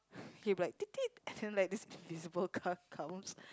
he will be like then like this invisible car comes